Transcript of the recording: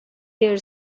their